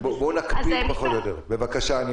בואו ונקפיד פחות או יותר, בבקשה.